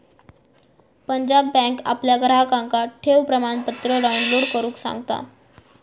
Punjab bank आपल्या ग्राहकांका ठेव प्रमाणपत्र डाउनलोड करुक सांगता